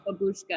babushka